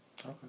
Okay